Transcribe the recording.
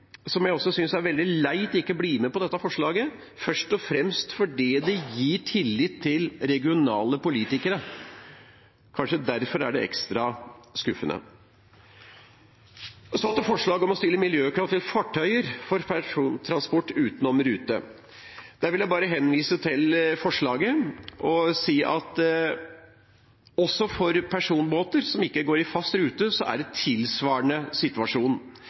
som jeg synes er veldig leit ikke blir med på dette forslaget, først og fremst fordi det gir tillit til regionale politikere. Kanskje derfor er det ekstra skuffende. Så til forslaget om å stille miljøkrav til fartøyer med persontransport utenom rute. Der vil jeg bare henvise til forslaget og si at også for personbåter som ikke går i fast rute, er det en tilsvarende situasjon.